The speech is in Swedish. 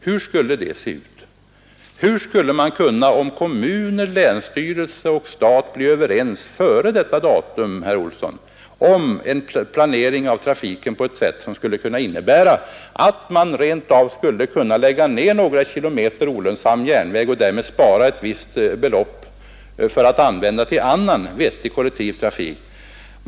Hur skulle det se ut om kommuner, länsstyrelse och stat före ifrågavarande datum skulle ha blivit överens om en planering av trafiken, som innebar att rent av några kilometer olönsam järnvägstrafik skulle läggas ned, varigenom ett belopp skulle kunna sparas in för användning till annan vettig kollektivtrafik?